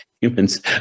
humans